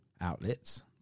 outlets